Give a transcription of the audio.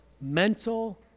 Mental